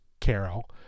carol